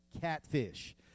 catfish